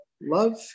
love